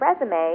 resume